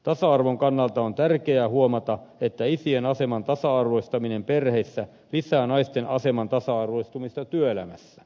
tasa arvon kannalta on tärkeää huomata että isien aseman tasa arvoistuminen perheissä lisää naisten aseman tasa arvoistumista työelämässä